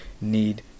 need